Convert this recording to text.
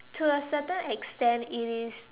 to a certain extent it is